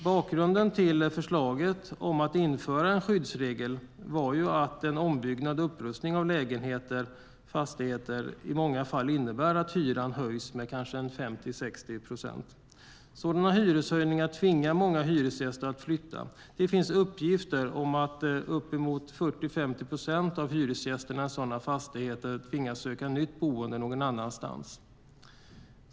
Bakgrunden till förslaget att införa en skyddsregel var att ombyggnad och upprustning av lägenheter och fastigheter i många fall innebär att hyran höjs med kanske 50-60 procent. Sådana hyreshöjningar tvingar många hyresgäster att flytta. Det finns uppgifter om att uppemot 40-50 procent av hyresgästerna i sådana fastigheter tvingas söka nytt boende någon annanstans.